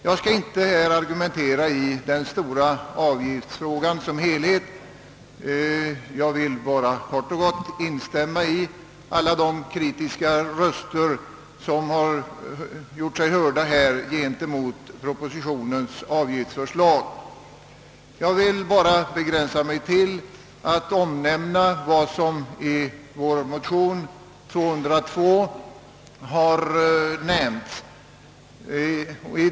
Jag skall inte argumentera i den stora avgiftsfrågan utan bara kort och gott instämma i den kritik som här riktats mot propositionens avgiftsförslag. Jag vill begränsa mig till att omnämna vad som i vår motion nr 202 har berörts.